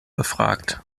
befragt